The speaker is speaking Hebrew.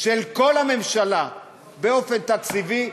של כל הממשלה באופן תקציבי,